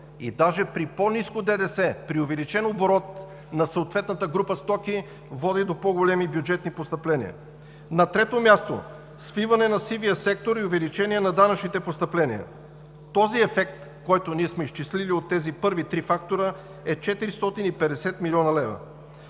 И даже при по-ниско ДДС, при увеличен оборот на съответната група стоки води до по-големи бюджетни постъпления. На трето място, свиване на сивия сектор и увеличение на данъчните постъпления. Този ефект, който ние сме изчислили от тези първи три фактора, е 450 млн. лв.